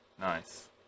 nice